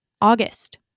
August